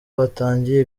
batangiye